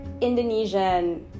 Indonesian